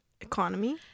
Economy